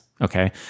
okay